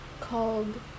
called